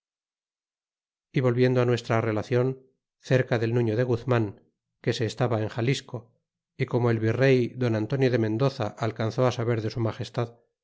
y volviendo nuestra relacion cerca del nuño de guzman que se estaba en xalisco y como el virrey don antonio de mendoza alcanzó saber que su magestad